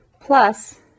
plus